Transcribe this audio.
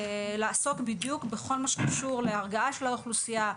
לעסוק בכל הקשור להרגעה של האוכלוסייה,